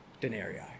denarii